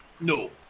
No